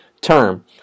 term